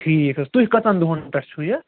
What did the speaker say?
ٹھیٖک حظ تُہۍ کٔژن دۄہن پٮ۪ٹھ چھُ یہِ